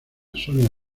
sonia